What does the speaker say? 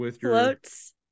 Floats